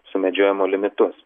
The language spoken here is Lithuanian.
sumedžiojimo limitus